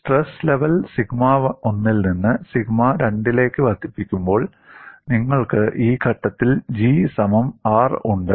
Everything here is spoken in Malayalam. സ്ട്രെസ് ലെവൽ സിഗ്മ 1 ൽ നിന്ന് സിഗ്മ 2 ലേക്ക് വർദ്ധിപ്പിക്കുമ്പോൾ നിങ്ങൾക്ക് ഈ ഘട്ടത്തിൽ G സമം R ഉണ്ട്